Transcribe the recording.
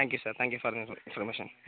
thank you sir thank you for the information